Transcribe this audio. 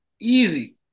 Easy